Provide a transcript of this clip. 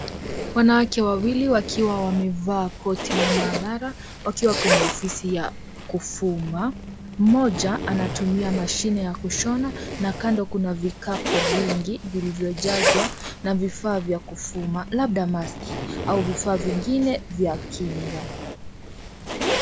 Wanawake wawili wakiwa wamevaa koti la maabara wakiwa kwenye ofisi ya kufuma, mtu anatumia mashine ya kushona na kando kuna vikapu vilivyojazwa na vifaa vya kufumwa labda masiki au vifaa vingine vya kinga.